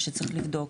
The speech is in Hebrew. שצריך לבדוק,